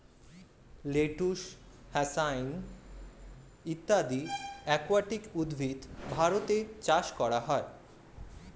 lettuce, hyacinth ইত্যাদি aquatic উদ্ভিদ ভারতে চাষ করা হয়